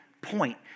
point